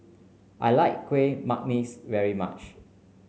I like Kuih Manggis very much